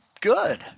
good